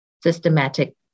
systematic